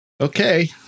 Okay